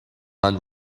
hunt